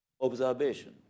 observation